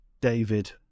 David